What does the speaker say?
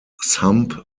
sump